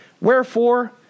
Wherefore